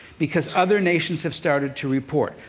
because other nations have started to report.